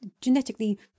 genetically